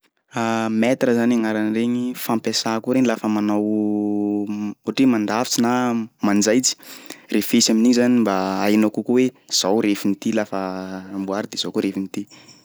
Mètre zany agnaran'iregny, fampiasà koa regny lafa manao ohatry hoe mandrafitsy na manjaitsy, refesy amin'igny zany mba hainao kokoa hoe zao refin'ity lafa hamboary de zao koa refin'ty.